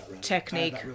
technique